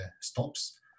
stops